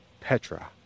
Petra